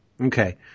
Okay